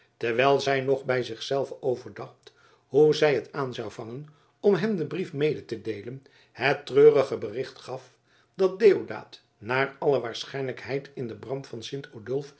terwijl zij nog bij zich zelve overdacht hoe zij het aan zou vangen om hem den brief mede te deelen het treurige bericht gaf dat deodaat naar alle waarschijnlijkheid in den brand van